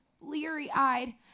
leery-eyed